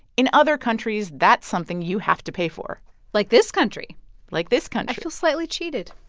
in other countries, that's something you have to pay for like this country like this country i feel slightly cheated